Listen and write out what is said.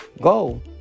go